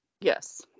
Yes